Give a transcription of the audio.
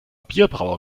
bierbrauer